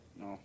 No